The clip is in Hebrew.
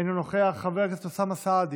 אינו נוכח, חבר הכנסת אוסאמה סעדי,